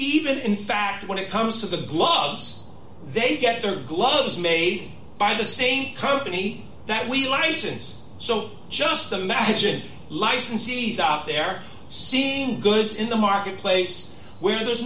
even in fact when it comes to the gloves they get their gloves made by the same company that we want to since so just imagine licensees out there seeing goods in the marketplace where there's